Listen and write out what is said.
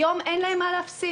היום אין להן מה להפסיד,